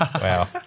Wow